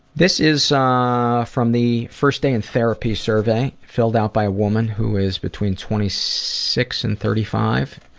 this is um ah from the first day in therapy survey filled out by a woman who is between twenty six and thirty five.